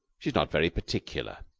she's not very particular.